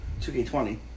2K20